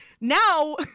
now